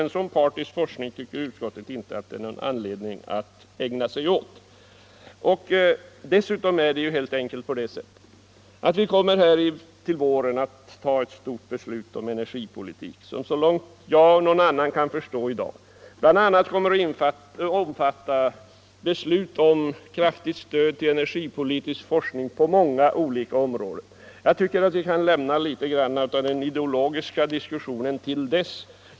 En sådan partisk forskning tycker inte utskottet att det finns någon anledning att ägna sig åt. Dessutom kommer vi till våren att fatta ett stort beslut om energipolitiken, som så långt jag och många andra kan förstå kommer att omfatta beslut om kraftigt stöd till energipolitisk forskning på många olika områden. Vi kan väl lämna litet av den ideologiska diskussionen till dess.